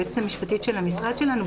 היועצת המשפטית של המשרד שלנו,